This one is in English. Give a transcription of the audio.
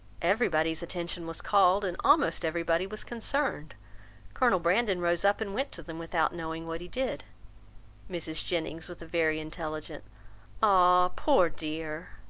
every body's attention was called, and almost every body was concerned colonel brandon rose up and went to them without knowing what he did mrs. jennings, with a very intelligent ah! poor dear,